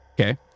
Okay